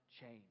change